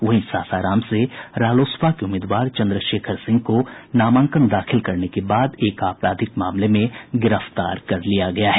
वहीं सासाराम से रालोसपा के उम्मीदवार चंद्रशेखर सिंह को नामांकन दाखिल करने के बाद एक आपराधिक मामले में गिरफ्तार कर लिया गया है